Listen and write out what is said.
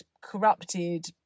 corrupted